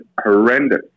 horrendous